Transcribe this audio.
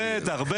בטח.